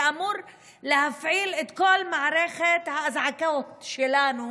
זה אמור להפעיל את כל מערכת האזעקות שלנו,